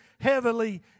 heavily